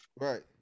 Right